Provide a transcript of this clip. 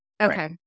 okay